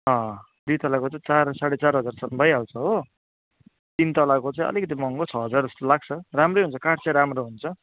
दुई तलाको चाहिँ चार साँडे चार हजारसम्म भइहाल्छ हो तिन तलाको चाहिँ अलिकति महँगो छ हजार जस्तो लाग्छ राम्रै हुन्छ काठ चाहिँ राम्रो हुन्छ